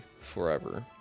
forever